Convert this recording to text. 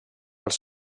els